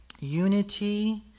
unity